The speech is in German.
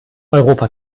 europa